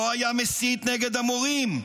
לא היה מסית נגד המורים,